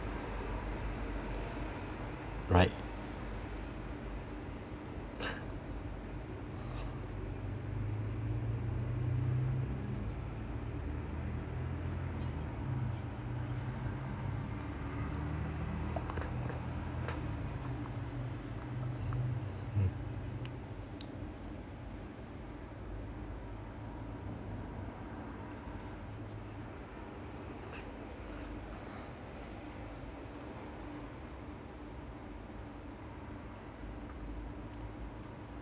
right mm